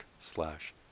slash